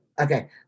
Okay